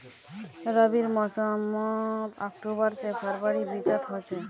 रविर मोसम अक्टूबर से फरवरीर बिचोत होचे